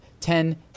Ten